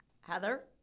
Heather